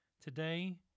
Today